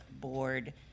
Board